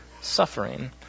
suffering